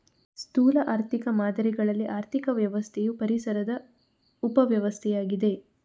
ಸ್ಥೂಲ ಆರ್ಥಿಕ ಮಾದರಿಗಳಲ್ಲಿ ಆರ್ಥಿಕ ವ್ಯವಸ್ಥೆಯು ಪರಿಸರದ ಉಪ ವ್ಯವಸ್ಥೆಯಾಗಿದೆ